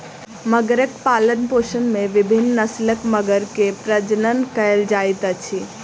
मगरक पालनपोषण में विभिन्न नस्लक मगर के प्रजनन कयल जाइत अछि